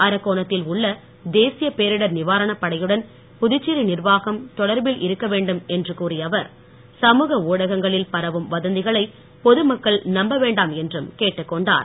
அரக்கோணத்தில் உள்ள தேசிய பேரிடர் நிவாரணைப் படையுடன் புதுச்சேரி நிர்வாகம் தொடர்பில் இருக்க வேண்டும் என்று கூறிய அவர் சமூக ஊடகங்களில் பரவும் வதந்திகளை பொது மக்களை நம்ப வேண்டாம் என்றும் கேட்டுக் கொண்டார்